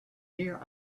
here